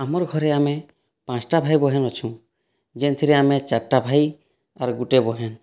ଆମର୍ ଘରେ ଆମେ ପାଞ୍ଚଟା ଭାଇ ବହେନ ଅଛୁଁ ଯେନ୍ ଥିରେ ଆମେ ଚାରଟା ଭାଇ ଆର ଗୋଟିଏ ବହେନ